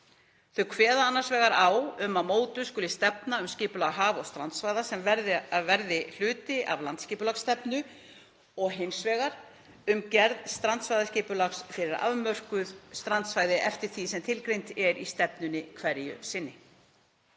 Þau kveða annars vegar á um að mótuð skuli stefna um skipulag haf- og strandsvæða sem verði hluti landsskipulagsstefnu og hins vegar um gerð strandsvæðisskipulags fyrir afmörkuð strandsvæði eftir því sem tilgreint er í stefnunni hverju sinni.